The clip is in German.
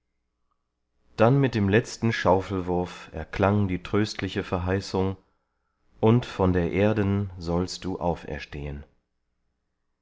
dann mit dem letzten schaufelwurf erklang die tröstliche verheißung und von der erden sollst du auferstehen